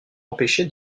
empêcher